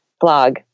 blog